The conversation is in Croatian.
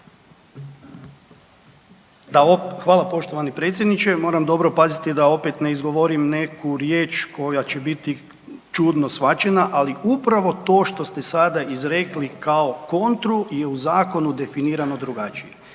Hvala poštovani predsjedniče. Moram dobro paziti da opet ne izgovorim neku riječ koja će biti čudno shvaćena, ali upravo to što ste sada izrekli kao kontru je u zakonu definirano drugačije.